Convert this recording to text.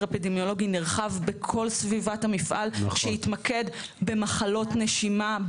אפידמיולוגי נרחב בכל סביבת המפעל שיתמקד במחלות נשימה,